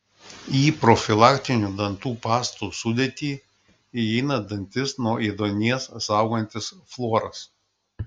į profilaktinių dantų pastų sudėtį įeina dantis nuo ėduonies saugantis fluoras